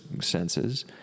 senses